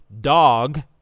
dog